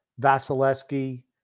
Vasilevsky